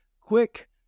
quick